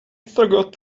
forgot